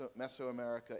Mesoamerica